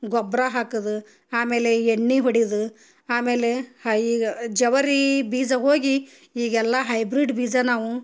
ಗೊಬ್ಬರ ಹಾಕದು ಆಮೇಲೆ ಎಣ್ಣೆ ಹೊಡಿಯದು ಆಮೇಲೆ ಹಾ ಈಗ ಜವರೀ ಬೀಜ ಹೋಗಿ ಈಗೆಲ್ಲ ಹೈಬ್ರಿಡ್ ಬೀಜ ನಾವು